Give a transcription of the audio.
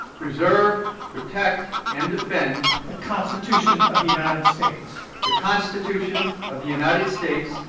preserve, protect and defend. the constitution of the united states. the constitution of the united states.